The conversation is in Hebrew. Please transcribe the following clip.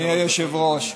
אדוני היושב-ראש,